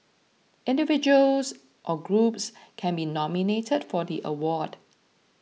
individuals or groups can be nominated for the award